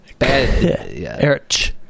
Eric